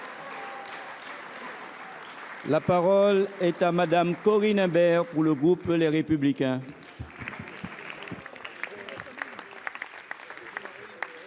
La parole est à Mme Corinne Imbert, pour le groupe Les Républicains.